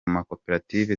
makoperative